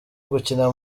gukina